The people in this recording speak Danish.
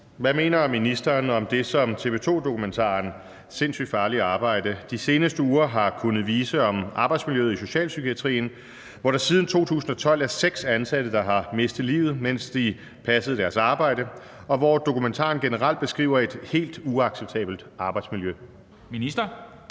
Hvad mener ministeren om det, som TV 2-dokumentaren »Sindssygt farligt arbejde« de seneste uger har kunnet vise om arbejdsmiljøet i socialpsykiatrien, hvor der siden 2012 er seks ansatte, der har mistet livet, mens de passede deres arbejde, og hvor dokumentaren generelt beskriver et helt uacceptabelt arbejdsmiljø? (Spm. nr.